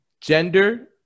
gender